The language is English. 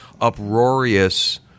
uproarious